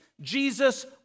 Jesus